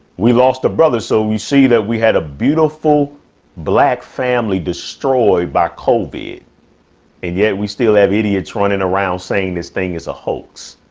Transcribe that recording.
we lost a brother. so we see that we had a beautiful black family destroyed by colby and yet we still have idiots running around saying this thing is a hoax.